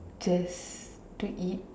just to eat